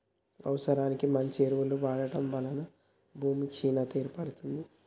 అవసరానికి మించి ఎరువులను వాడటం వలన భూమి క్షీణత ఏర్పడుతుంది